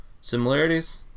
Similarities